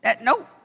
No